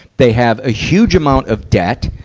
they have a huge amount of debt,